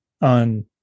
on